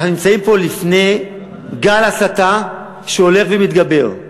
אנחנו נמצאים פה לפני גל הסתה שהולך ומתגבר.